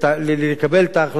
ולקבל את ההחלטה הזאת,